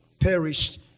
perished